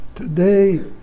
Today